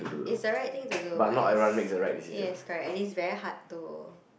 is the right thing to do but is yes correct and is very hard to